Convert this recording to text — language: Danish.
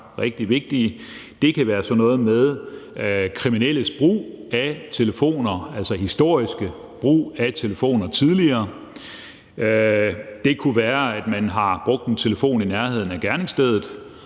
Det kan være sådan noget med kriminelles brug af telefoner, altså den historiske brug af telefoner tidligere. Det kunne være, at man har brugt en telefon i nærheden af gerningsstedet,